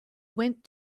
went